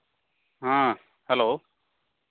ᱦᱮᱸ ᱦᱮᱞᱳ